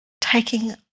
taking